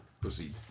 Proceed